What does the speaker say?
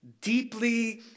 deeply